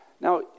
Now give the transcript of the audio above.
Now